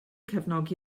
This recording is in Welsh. cefnogi